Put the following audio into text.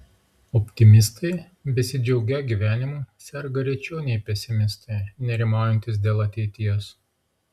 optimistai besidžiaugią gyvenimu serga rečiau nei pesimistai nerimaujantys dėl ateities